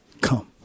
come